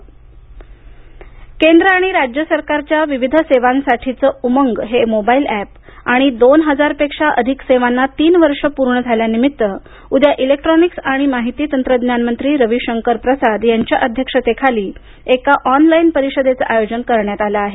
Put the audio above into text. उमंग केंद्र आणि राज्यसरकारच्या विविध सेवांसाठीचे उमंग हे मोबाईल अॅप आणि दोन हजारपेक्षा अधिक सेवांना तीन वर्ष पूर्ण झाल्यानिमित्त उद्या इलेक्ट्रोनिक्स आणि माहिती तंत्रज्ञान मंत्री रवी शंकर प्रसाद यांच्या अध्यक्षतेखाली एका ऑनलाईन परिषदेचे आयोजन करण्यात आलं आहे